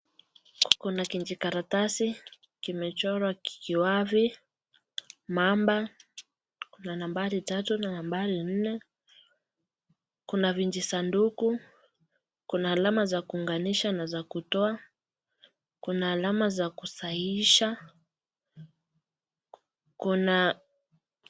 Kuna kijikaratasi kimechorwa kiwavi, mamba kuna nambari tatu na nambari nne, kuna vijisanduku kuna alama za kuunganisha na za kutoa kuna alama za kusahihisha kuna,,,